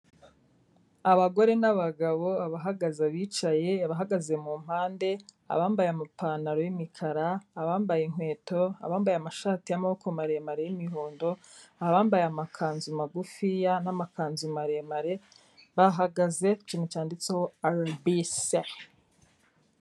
Abagore n'abagabo, abahagaze, abicaye, abahagaze mu mpande, abambaye amapantaro y'imikara, abambaye inkweto, abambaye amashati y'amaboko maremare y'imihondo, abambaye amakanzu magufiya n'amakanzu maremare bahagaze ku cyintu cyanditseho RBC.